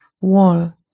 wall